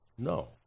No